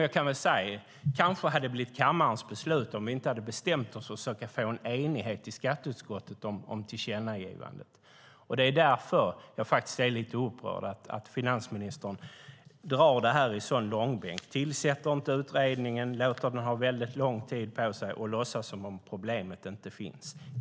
Det hade kanske blivit kammarens beslut om vi inte hade bestämt oss för att försöka få en enighet i skatteutskottet om tillkännagivandet. Det är därför jag är lite upprörd att finansministern drar det i en sådan långbänk. Han tillsätter inte utredningen direkt, låter den sedan ha väldigt lång tid på sig och låtsas som att problemet inte finns.